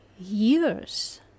years